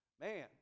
man